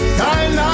time